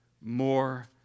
more